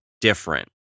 different